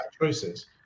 choices